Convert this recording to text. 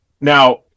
Now